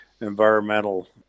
environmental